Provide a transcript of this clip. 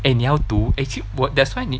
eh 你要读 actually 我 that's why 你